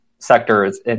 sectors